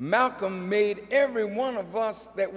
malcolm made everyone of us that